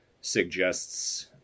suggests